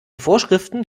vorschriften